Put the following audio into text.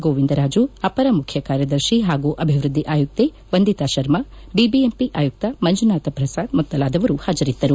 ಗೋವಿಂದ ರಾಜು ಅಪರ ಮುಖ್ಯಕಾರ್ಯದರ್ಶಿ ಹಾಗೂ ಅಭಿವೃದ್ಧಿ ಆಯುಕ್ತೆ ವಂದಿತಾ ಶರ್ಮ ಬಿಬಿಎಂಪಿ ಆಯುಕ್ತ ಮಂಜುನಾಥ ಪ್ರಸಾದ್ ಮೊದಲಾದವರು ಹಾಜರಿದ್ದರು